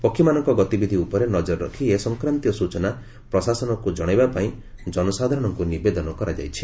ପକ୍ଷୀମାନଙ୍କ ଗତିବିଧି ଉପରେ ନଜର ରଖି ଏ ସଂକ୍ରାନ୍ତୀୟ ସୂଚନା ପ୍ରଶାସନକୁ ଜଶାଇବା ପାଇଁ ଜନସାଧାରଣଙ୍କୁ ନିବେଦନ କରାଯାଇଛି